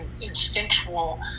instinctual